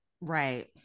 right